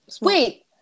Wait